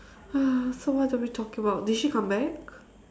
uh so what are we talking about did she come back